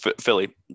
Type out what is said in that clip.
Philly